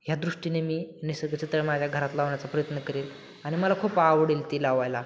ह्या दृष्टीने मी निसर्गचित्र माझ्या घरात लावण्याचा प्रयत्न करेल आणि मला खूप आवडेल ती लावायला